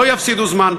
לא יפסידו זמן,